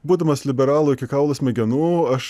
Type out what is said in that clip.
būdamas liberalu iki kaulų smegenų aš